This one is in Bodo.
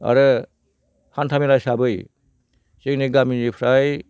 आरो हान्था मेला हिसाबै जोंनि गामिनिफ्राय